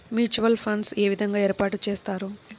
Mutual funds ఏ విధంగా ఏర్పాటు చేస్తారు?